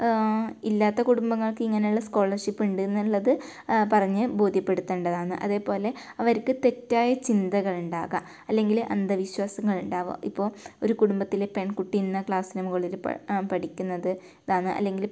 ഇല്ലാത്ത കുടുംബങ്ങൾക്ക് ഇങ്ങനെയുള്ള സ്കോളർഷിപ്പ് ഉണ്ട് എന്നുള്ളത് പറഞ്ഞ് ബോധ്യപ്പെടുത്തേണ്ടതാണ് അതേപോലെ അവർക്ക് തെറ്റായ ചിന്തകൾ ഉണ്ടാകുക അല്ലെങ്കിൽ അന്ധവിശ്വാസങ്ങൾ ഉണ്ടാവാം ഇപ്പം ഒരു കുടുംബത്തിൽ പെൺകുട്ടി ഇന്ന ക്ലാസ്സിനു മുകളിൽ പഠിക്കുന്നത് ഇതാണ് അല്ലെങ്കിൽ